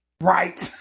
Right